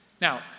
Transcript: Now